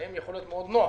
להם יכול להיות מאוד נוח,